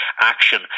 action